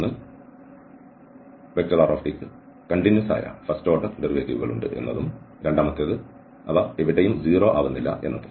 ഒന്ന് rt ക്ക് തുടർച്ചയായ ആദ്യ ഓർഡർ ഡെറിവേറ്റീവുകൾ ഉണ്ട് എന്നും രണ്ടാമത്തേത് അവ എവിടെയും 0 ആവുന്നില്ല എന്നും